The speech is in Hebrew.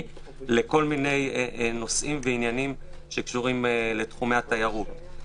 לכל מיני נושאים הקשורים בתחומי התיירות.